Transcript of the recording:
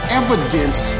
evidence